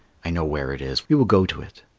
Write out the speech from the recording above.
i know where it is. we will go to it.